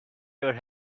your